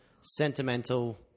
sentimental